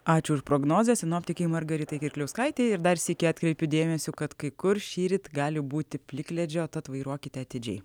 ačiū ir prognozę sinoptikei margaritai kirkliauskaitė ir dar sykį atkreipė dėmesį kad kai kur šįryt gali būti plikledžio tad vairuokite atidžiai